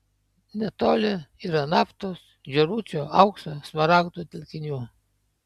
netoli yra naftos žėručio aukso smaragdų telkinių